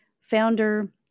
founder